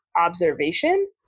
observation